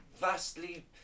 vastly